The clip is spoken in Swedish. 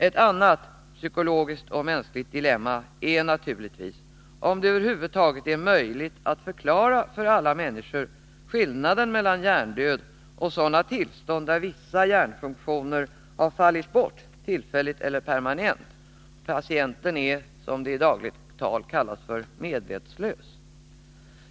Ett annat psykologiskt och mänskligt dilemma är naturligtvis om det över huvud taget är möjligt att förklara för alla människor skillnaden mellan hjärndöd och sådana tillstånd där vissa hjärnfunktioner har fallit bort tillfälligt eller permanent. Patienten är, som det i dagligt tal kallas, medvetslös.